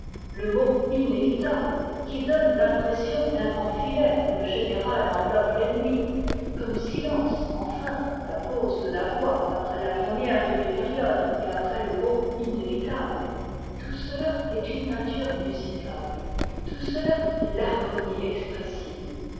le mot inévitables qui donne l'impression d'un grand filet où le général enveloppe l'ennemi comme silences enfin la pose de la voix après la première demi période et après le mot inévitables tout cela est une peinture musicale tout cela est l'harmonie expressive